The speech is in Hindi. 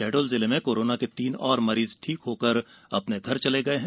शहडोल जिले में कोरोना के तीन और मरीज ठीक होकर अपने घर चले गए है